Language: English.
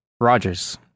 Rogers